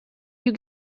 you